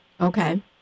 Okay